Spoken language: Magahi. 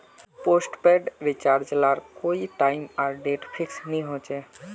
पोस्टपेड रिचार्ज लार कोए टाइम आर डेट फिक्स नि होछे